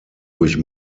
durch